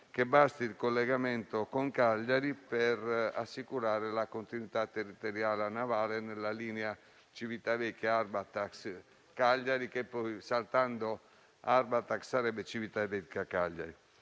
che il collegamento con Cagliari sia sufficiente per assicurare la continuità territoriale navale nella linea Civitavecchia-Arbatax-Cagliari, che, saltando Arbatax, diventerebbe Civitavecchia-Cagliari.